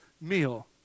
meal